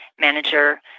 manager